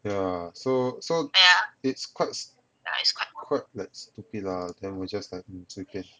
ya so so it's quite quite like stupid lah then we just like it's okay